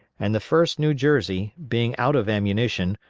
and the first new jersey, being out of ammunition,